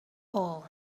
all